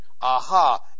Aha